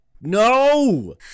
No